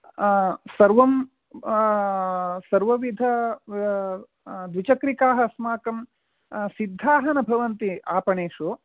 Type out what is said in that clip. सर्वं सर्वविध द्विचक्रिकाः अस्माकं सिद्धाः न भवन्ति आपणेषु